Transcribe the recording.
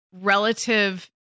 relative